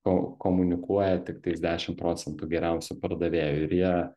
ko komunikuoja tiktais dešim procentų geriausių pardavėjų ir jie